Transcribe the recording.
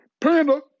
Panda